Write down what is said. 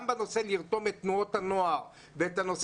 גם לרתום את תנועות הנוער ובנות